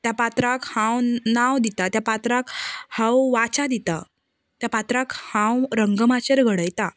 त्या पात्राक हांव न् नांव दितां त्या पात्राक हांव वाचा दिता त्या पात्राक हांव रंगमाचयेर घडयतां